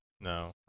No